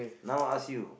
now ask you